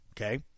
Okay